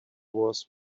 was